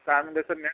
चांगलं सर मी